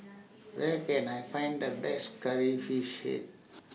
Where Can I Find The Best Curry Fish Head